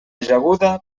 ajaguda